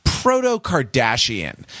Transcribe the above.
Proto-Kardashian